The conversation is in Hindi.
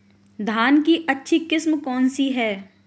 धान की अच्छी किस्म कौन सी है?